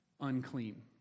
unclean